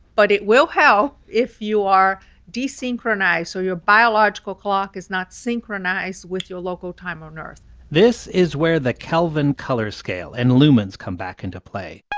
but it will help if you are desynchronized, so your biological clock is not synchronized with your local time on earth this is where the kelvin color scale and lumens come back into play